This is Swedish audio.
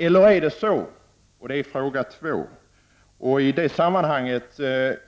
I samband med fråga 2